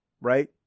Right